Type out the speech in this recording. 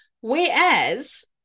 Whereas